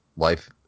Life